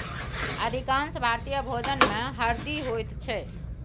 अधिकांश भारतीय भोजनमे हरदि होइत छै